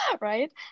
right